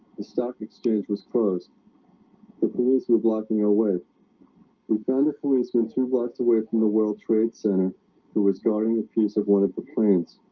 the stock exchange was closed the police were blocking our way we found the policeman two blocks away from the world trade center who was guarding a piece of one of the plants